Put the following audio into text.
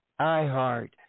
iHeart